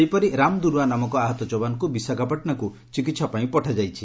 ସେହିପରି ରାମ ଦୁରୁଆ ନାମକ ଆହତ ଯବାନଙ୍କୁ ବିଶାଖାପାଟଶାକୁ ଚିକିହା ପାଇଁ ପଠାଯାଇଛି